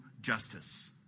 justice